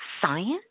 science